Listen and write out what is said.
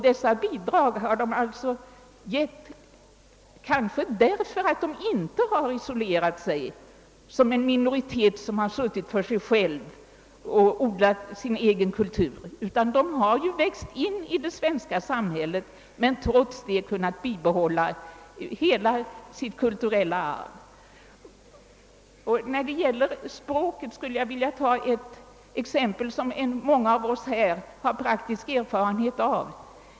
Dessa bidrag har de gett kanske för att de inte har isolerat sig som en minoritet som har suttit för sig själv och odlat sin egen kultur, utan de har växt in i det svenska samhället men trots det kunnat bibehålla hela sitt kulturella arv. Vad beträffar språket skulle jag vilja ta ett exempel som många av oss här har praktisk erfarenhet av.